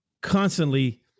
constantly